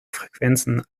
frequenzen